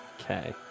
Okay